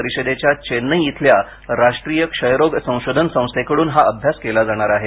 परिषदेच्या चेन्नई इथल्या राष्ट्रीय क्षयरोग संशोधन संस्थेकडून हा अभ्यास केला जाणार आहे